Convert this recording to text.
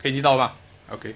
可以听到吗 okay